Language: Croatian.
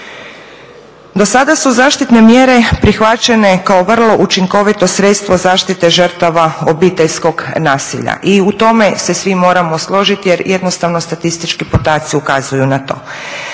Do sada su zaštitne mjere prihvaćene kao vrlo učinkovito sredstvo zaštite žrtava obiteljskog nasilja i u tome se svi moramo složiti jer jednostavno statistički podaci ukazuju na to.